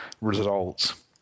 results